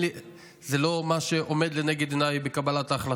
זה לא מה שעומד לנגד עיניי בקבלת ההחלטות.